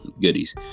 goodies